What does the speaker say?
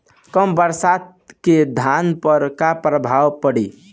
कम बरसात के धान पर का प्रभाव पड़ी?